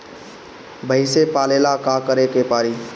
भइसी पालेला का करे के पारी?